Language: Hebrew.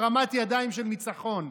הרמת ידיים של ניצחון,